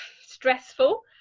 stressful